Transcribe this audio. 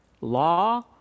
Law